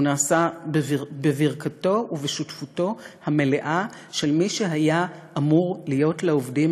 הוא נעשה בברכתו ובשותפותו המלאה של מי שהיה אמור להיות לעובדים